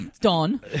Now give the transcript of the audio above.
Don